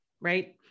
right